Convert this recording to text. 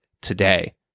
today